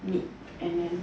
meat and then